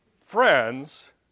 friends